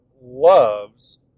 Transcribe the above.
loves